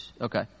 okay